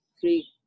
three